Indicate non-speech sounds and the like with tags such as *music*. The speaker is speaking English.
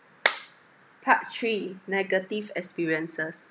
*noise* part three negative experiences